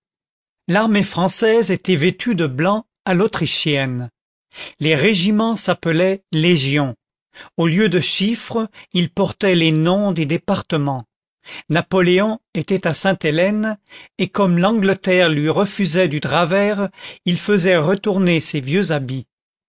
l'armée française était vêtue de blanc à l'autrichienne les régiments s'appelaient légions au lieu de chiffres ils portaient les noms des départements napoléon était à sainte-hélène et comme l'angleterre lui refusait du drap vert il faisait retourner ses vieux habits